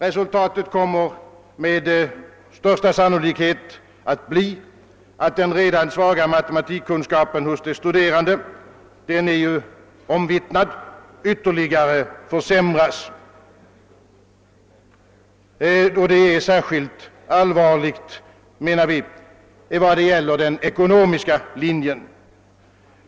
Resultatet kommer med största sannolikhet att bli att de redan svaga matematikkunskaperna hos de studerande — som ju är omvittnad — försämras ytterligare, och detta är särskilt allvarligt, menar vi, i vad gäller den ekonomiska linjen.